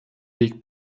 weg